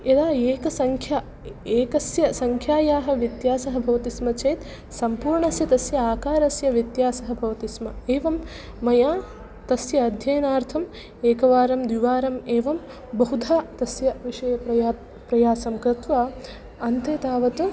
यदा एकसङ्ख्या एकस्य सङ्ख्यायाः व्यत्यासः भवति स्म सम्पूर्णस्य तस्य आकारस्य व्यत्यासः भवति स्म एवं मया तस्य अध्ययनार्थम् एकवारं द्विवारम् एवं बहुधा तस्य विषये प्रया प्रयासं कृत्वा अन्ते तावत्